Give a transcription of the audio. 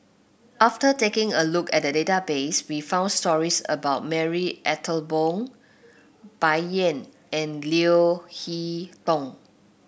after taking a look at the database we found stories about Marie Ethel Bong Bai Yan and Leo Hee Tong